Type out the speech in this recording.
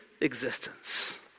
existence